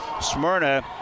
Smyrna